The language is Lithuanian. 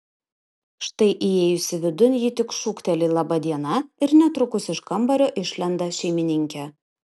štai įėjusi vidun ji tik šūkteli laba diena ir netrukus iš kambario išlenda šeimininkė